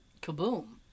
Kaboom